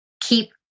keep